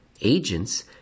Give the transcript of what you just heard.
agents